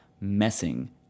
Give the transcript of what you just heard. messing